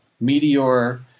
Meteor